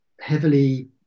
heavily